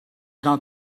not